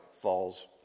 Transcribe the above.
falls